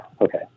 Okay